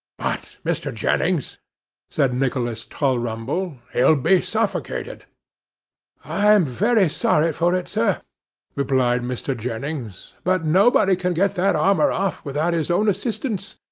but, mr. jennings said nicholas tulrumble, he'll be suffocated i'm very sorry for it, sir replied mr. jennings but nobody can get that armour off, without his own assistance.